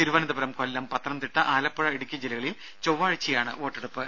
തിരുവനന്തപുരം കൊല്ലം പത്തനംതിട്ട ആലപ്പുഴ ഇടുക്കി ജില്ലകളിൽ ചൊവ്വാഴ്ചയാണ് വോട്ടെടുപ്പ്